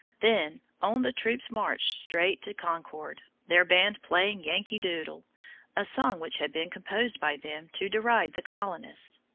then, on the troops marched straight to concord, their band playing yankee doodle a song which had been composed by them to deride the colonists.